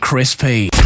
Crispy